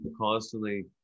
constantly